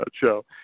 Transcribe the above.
show